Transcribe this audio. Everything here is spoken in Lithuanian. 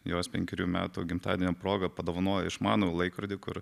jos penkerių metų gimtadienio proga padovanojo išmanų laikrodį kur